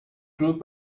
group